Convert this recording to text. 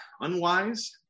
unwise